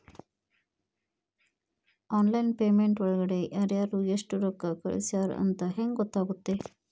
Online payment ಒಳಗಡೆ ಯಾರ್ಯಾರು ಎಷ್ಟು ರೊಕ್ಕ ಕಳಿಸ್ಯಾರ ಅಂತ ಹೆಂಗ್ ಗೊತ್ತಾಗುತ್ತೆ?